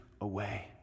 away